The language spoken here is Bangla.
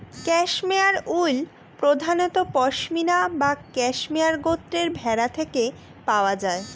ক্যাশমেয়ার উল প্রধানত পসমিনা বা ক্যাশমেয়ার গোত্রের ভেড়া থেকে পাওয়া যায়